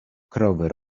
krowy